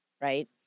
right